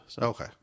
Okay